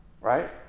Right